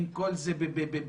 עם כל זה בפנים.